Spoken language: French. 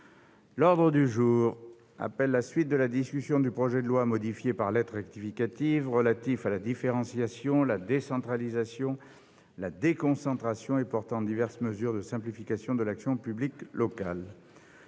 L'ordre du jour appelle la suite de la discussion du projet de loi, modifié par lettre rectificative, relatif à la différenciation, la décentralisation, la déconcentration et portant diverses mesures de simplification de l'action publique locale